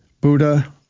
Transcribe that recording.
Buddha